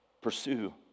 Pursue